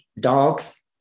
dogs